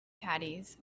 caddies